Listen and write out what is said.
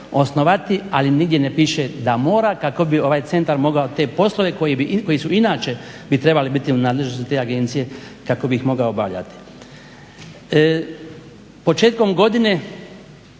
osnovati, ali nigdje ne piše da mora kako bi ovaj centar mogao te poslove koji su inače, bi trebali biti u nadležnosti te agencije kako bi ih mogao obavljati. Početkom godine